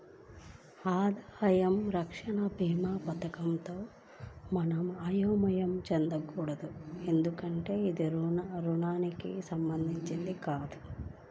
ఆదాయ రక్షణ భీమాతో మనం అయోమయం చెందకూడదు ఎందుకంటే ఇది రుణానికి సంబంధించినది కాదు